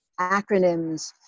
acronyms